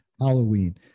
Halloween